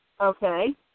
Okay